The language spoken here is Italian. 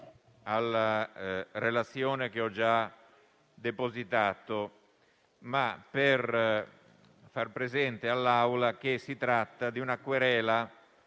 la relazione che ho già depositato, per far presente all'Assemblea che si tratta di una querela